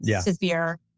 severe